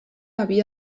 havia